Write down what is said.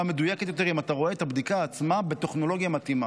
מדויקת יותר אם אתה רואה את הבדיקה עצמה בטכנולוגיה מתאימה.